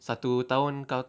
satu tahun kau